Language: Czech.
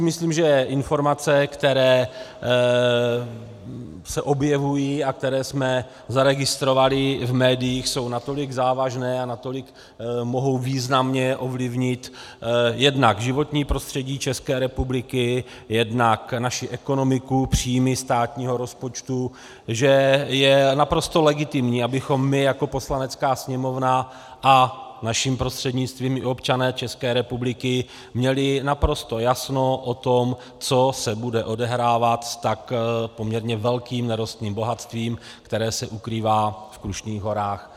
Myslím si, že informace, které se objevují a které jsme zaregistrovali v médiích, jsou natolik závažné a natolik mohou významně ovlivnit jednak životní prostředí České republiky, jednak naši ekonomiku i příjmy státního rozpočtu, že je naprosto legitimní, abychom my jako Poslanecká sněmovna a naším prostřednictvím i občané České republiky měli naprosto jasno o tom, co se bude odehrávat s tak poměrně velkým nerostným bohatstvím, které se ukrývá v Krušných horách.